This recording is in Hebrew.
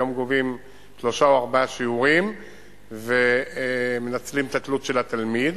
היום גובים שלושה או ארבעה שיעורים ומנצלים את התלות של התלמיד.